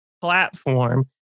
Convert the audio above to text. platform